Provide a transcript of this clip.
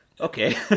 Okay